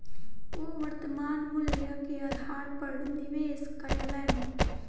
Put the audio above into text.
ओ वर्त्तमान मूल्य के आधार पर निवेश कयलैन